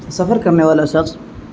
سفر کرنے والا شخص